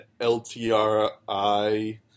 LTRI